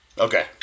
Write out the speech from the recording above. Okay